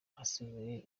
hasigaye